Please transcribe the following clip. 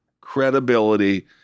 credibility